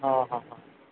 ହଁ ହଁ